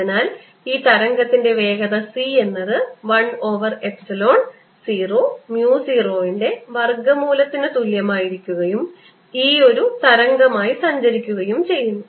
അതിനാൽ ഈ തരംഗത്തിൻറെ വേഗത c എന്നത് 1 ഓവർ എപ്സിലോൺ 0 mu 0 ന്റെ വർഗ്ഗ മൂലത്തിന് തുല്യം ആയിരിക്കുകയും E ഒരു തരംഗമായി സഞ്ചരിക്കുകയും ചെയ്യുന്നു